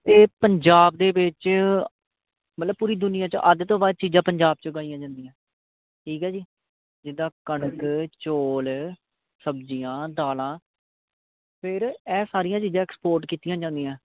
ਅਤੇ ਪੰਜਾਬ ਦੇ ਵਿੱਚ ਮਤਲਬ ਪੂਰੀ ਦੁਨੀਆਂ 'ਚ ਅੱਧ ਤੋਂ ਵੱਧ ਚੀਜ਼ਾਂ ਪੰਜਾਬ 'ਚ ਉਗਾਈਆਂ ਜਾਂਦੀਆਂ ਠੀਕ ਹੈ ਜੀ ਜਿੱਦਾਂ ਕਣਕ ਚੌਲ ਸਬਜ਼ੀਆਂ ਦਾਲਾਂ ਫਿਰ ਇਹ ਸਾਰੀਆਂ ਚੀਜ਼ਾਂ ਐਕਸਪੋਰਟ ਕੀਤੀਆਂ ਜਾਂਦੀਆਂ